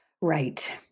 Right